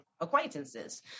acquaintances